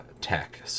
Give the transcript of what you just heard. tech